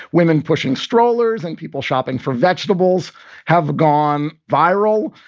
women pushing strollers and people shopping for vegetables have gone viral,